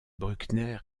bruckner